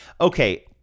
Okay